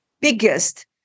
biggest